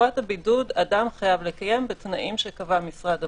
אדם חייב לקיימה בתנאים שקבע משרד הבריאות.